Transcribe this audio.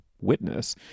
witness